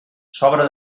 sobra